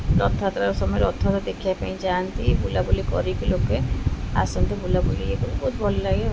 ରଥାଯାତ୍ରା ସମୟରେ ରଥଯାତ୍ରା ଦେଖିବା ପାଇଁ ଯାଆନ୍ତି ବୁଲାବୁଲି କରିକି ଲୋକେ ଆସନ୍ତି ବୁଲାବୁଲି ଇଏ କର ବହୁତ ଭଲ ଲାଗେ ଆଉ